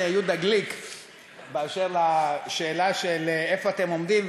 יהודה גליק באשר לשאלה איפה אתם עומדים,